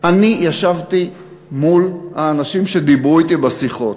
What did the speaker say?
אני ישבתי מול האנשים שדיברו אתי בשיחות.